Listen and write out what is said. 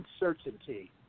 uncertainty